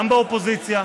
גם באופוזיציה,